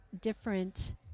different